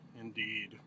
Indeed